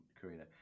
Karina